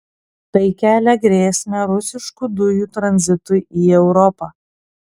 tai kelia grėsmę rusiškų dujų tranzitui į europą